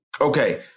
Okay